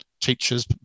teachers